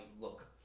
look